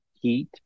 heat